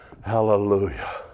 Hallelujah